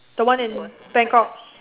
the one in Bangkok